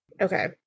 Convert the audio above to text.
okay